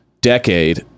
decade